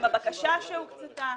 עם הבקשה שהוקצתה?